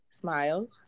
Smiles